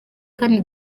kandi